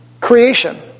creation